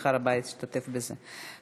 בשמחה רבה אשתתף בזה.